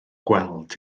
gweld